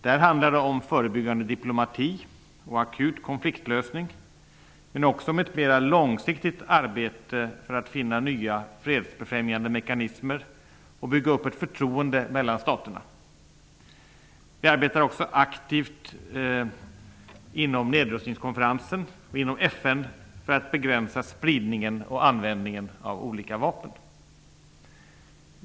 Där handlar det om förebyggande diplomati och akut konfliktlösning men också om ett mera långsiktigt arbete för att finna nya fredsbefrämjande mekanismer och bygga upp ett förtroende mellan staterna. Vi arbetar också aktivt inom nedrustningskonferensen och inom FN för att begränsa spridning och användning av olika vapen.